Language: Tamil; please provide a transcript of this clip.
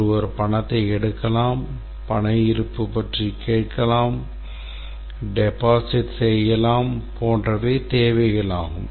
ஒருவர் பணத்தை எடுக்கலாம் பண இருப்பு பற்றி கேட்கலாம் டெபாசிட் செய்யலாம் போன்றவை தேவைகள் ஆகும்